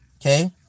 Okay